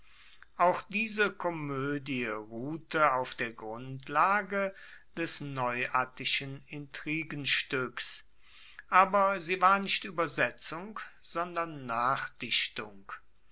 auch diese komoedie ruhte auf der grundlage des neuattischen intrigenstuecks aber sie war nicht uebersetzung sondern nachdichtung